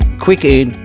quick in,